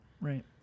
Right